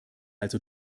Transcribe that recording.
also